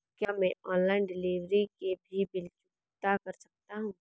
क्या मैं online delivery के भी बिल चुकता कर सकता हूँ?